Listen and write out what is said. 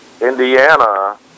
Indiana